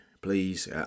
please